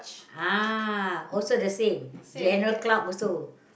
ah also the same general clerk also